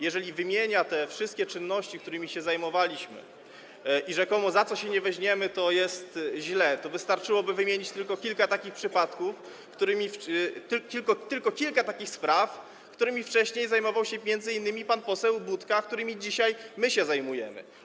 Jeżeli wymienia on te wszystkie czynności, którymi się zajmowaliśmy, i stwierdza, że rzekomo za co się weźmiemy, to jest źle, to wystarczyłoby wymienić tylko kilka takich przypadków, kilka takich spraw, którymi wcześniej zajmował się m.in. pan poseł Budka, a którymi dzisiaj my się zajmujemy.